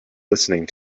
listening